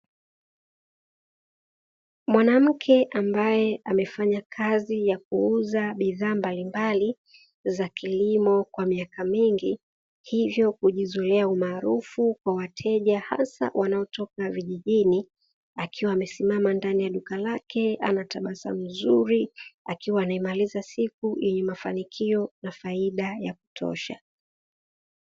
Mwanamke ambaye amefanya kazi ya kuuza bidhaa mbalimbali za kilimo kwa miaka mingi, hivyo kujizolea umaarufu kwa wateja hasa wanaotoka vijijini, akiwa amesimama ndani ya duka lake anatabasamu nzuri akiwa anaimaliza siku yenye mafanikio na faida ya kutosha.